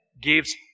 gives